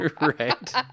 Right